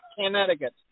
Connecticut